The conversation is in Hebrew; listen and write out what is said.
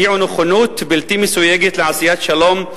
הביעו נכונות בלתי מסויגת לעשיית שלום,